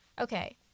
Okay